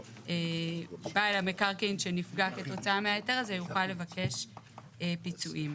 בעל המקרקעין שנפגע כתוצאה מההיתר הזה יוכל לבקש פיצויים.